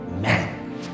man